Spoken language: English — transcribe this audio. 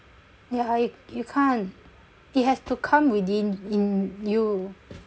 ya you you can't it has to come within in you